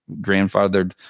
grandfathered